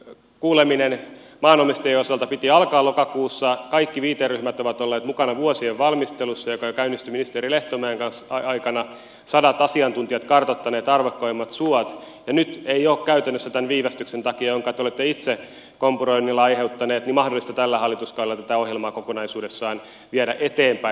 tämän kuulemisen maanomistajien osalta piti alkaa lokakuussa kaikki viiteryhmät ovat olleet mukana vuosien valmistelussa joka käynnistyi jo ministeri lehtomäen aikana sadat asiantuntijat kartoittaneet arvokkaimmat suot ja nyt ei ole käytännössä tämän viivästyksen takia jonka te olette itse kompuroinnilla aiheuttanut mahdollista tällä hallituskaudella tätä ohjelmaa kokonaisuudessaan viedä eteenpäin